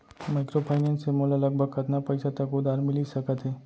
Microfinance से मोला लगभग कतना पइसा तक उधार मिलिस सकत हे?